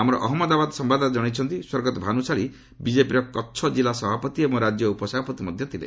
ଆମର ଅହମ୍ମଦାବାଦ ସମ୍ଭାଦଦାତା ଜଣାଇଛନ୍ତି ସ୍ୱର୍ଗତ ଭାନୁଶାଳୀ ବିଜେପିର କଚ୍ଛ ଜିଲ୍ଲା ସଭାପତି ଏବଂ ରାଜ୍ୟ ଉପସଭାପତି ମଧ୍ୟ ଥିଲେ